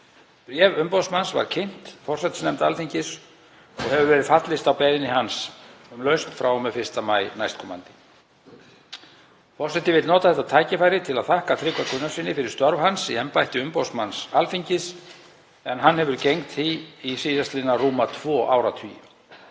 Bréf umboðsmanns var kynnt forsætisnefnd Alþingis og hefur verið fallist á beiðni hans um lausn frá og með 1. maí nk. Forseti vill nota þetta tækifæri til að þakka Tryggva Gunnarssyni fyrir störf hans í embætti umboðsmanns Alþingis en hann hefur gegnt því síðastliðna rúma tvo áratugi.